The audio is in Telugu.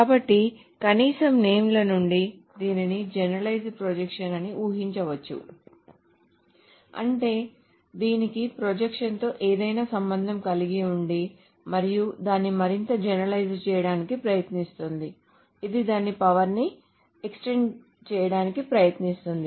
కాబట్టి కనీసం నేమ్ ల నుండి దీనిని జనరలైజ్డ్ ప్రొజెక్షన్ అని ఊహించవచ్చు అంటే దీనికి ప్రొజెక్షన్తో ఏదైనా సంబంధం కలిగి ఉంది మరియు దాన్ని మరింత జనరలైజ్డ్ చేయడానికి ప్రయత్నిస్తుంది ఇది దాని పవర్ ని ఎక్స్టెండ్ చేయడానికి ప్రయత్నిస్తుంది